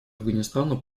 афганистана